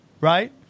Right